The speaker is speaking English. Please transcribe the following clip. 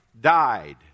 died